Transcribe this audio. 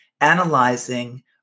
analyzing